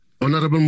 Honorable